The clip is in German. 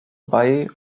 bei